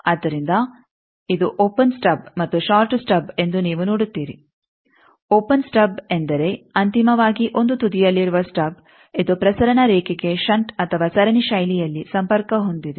ಆದ್ದರಿಂದ ಇದು open stub ಮತ್ತು ಷಾರ್ಟ್ ಸ್ಟಬ್ ಎಂದು ನೀವು ನೋಡುತ್ತೀರಿ ಓಪೆನ್ ಸ್ಟಬ್ ಎಂದರೆ ಅಂತಿಮವಾಗಿ 1 ತುದಿಯಲ್ಲಿರುವ ಸ್ಟಬ್ ಇದು ಪ್ರಸರಣ ರೇಖೆಗೆ ಷಂಟ್ ಅಥವಾ ಸರಣಿ ಶೈಲಿಯಲ್ಲಿ ಸಂಪರ್ಕ ಹೊಂದಿದೆ